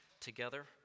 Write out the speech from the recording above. together